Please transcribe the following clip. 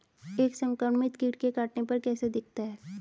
एक संक्रमित कीट के काटने पर कैसा दिखता है?